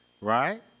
right